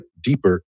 deeper